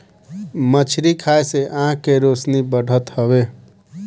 मछरी खाए से आँख के रौशनी बढ़त हवे